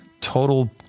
Total